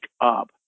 up